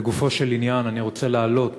לגופו של עניין, אני רוצה להעלות